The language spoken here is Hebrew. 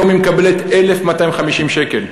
היום היא מקבלת 1,250 שקל.